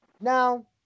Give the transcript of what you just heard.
Now